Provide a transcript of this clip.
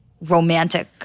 romantic